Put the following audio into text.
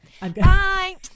Bye